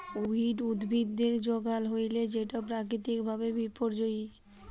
weed উদ্ভিদের যগাল হ্যইলে সেট পাকিতিক ভাবে বিপর্যয়ী